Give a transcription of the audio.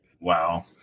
Wow